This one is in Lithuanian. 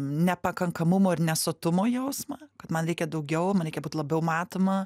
nepakankamumo ir nesotumo jausmą kad man reikia daugiau man reikia būt labiau matoma